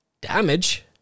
damage